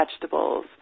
vegetables